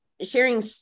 sharing